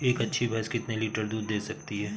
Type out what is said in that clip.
एक अच्छी भैंस कितनी लीटर दूध दे सकती है?